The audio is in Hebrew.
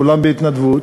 כולם בהתנדבות,